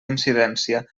incidència